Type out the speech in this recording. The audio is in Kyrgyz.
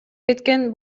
кеткен